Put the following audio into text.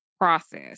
process